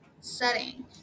Setting